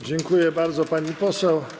Dziękuję bardzo, pani poseł.